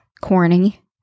corny